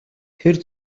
тэр